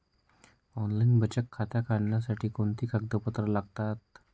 Online बचत खात्यासाठी कोणती कागदपत्रे लागतात?